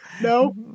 No